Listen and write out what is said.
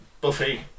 Buffy